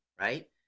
right